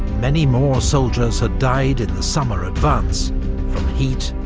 many more soldiers had died in the summer advance from heat,